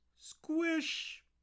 squish